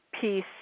peace